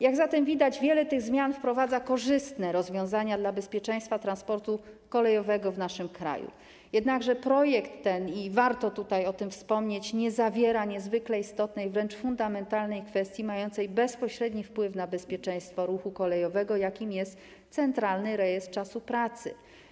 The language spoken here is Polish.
Jak zatem widać, wiele tych zmian wprowadza korzystne rozwiązania dla bezpieczeństwa transportu kolejowego w naszym kraju, jednakże projekt ten - i warto tutaj o tym wspomnieć - nie zawiera niezwykle istotnej, wręcz fundamentalnej kwestii, mającej bezpośredni wpływ na bezpieczeństwo ruchu kolejowego, jakim jest centralny rejestr czasu pracy.